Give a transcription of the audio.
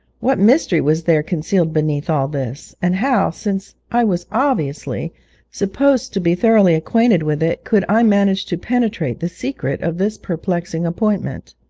what mystery was there concealed beneath all this, and how, since i was obviously supposed to be thoroughly acquainted with it, could i manage to penetrate the secret of this perplexing appointment?